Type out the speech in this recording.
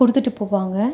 கொடுத்துட்டு போவாங்க